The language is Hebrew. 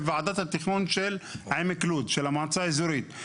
לוועדת התכנון של המועצה האזורית עמק לוד.